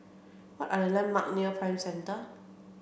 what are the landmark near Prime Centre